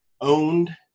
owned